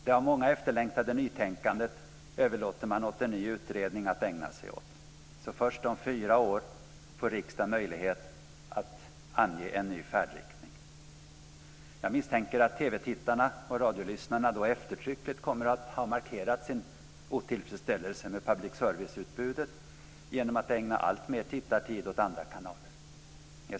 Det av många efterlängtade nytänkandet överlåter man åt en ny utredning att ägna sig åt, så först om fyra långa år får riksdagen möjlighet att ange en ny färdriktning. Jag misstänker att TV-tittarna och radiolyssnarna då eftertryckligt kommer att ha markerat sin otillfredsställelse med public service-utbudet genom att ägna alltmer tittartid åt andra kanaler.